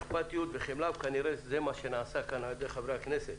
אכפתיות וחמלה וכנראה זה מה שנעשה כאן על ידי חברי הכנסת.